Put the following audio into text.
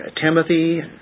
Timothy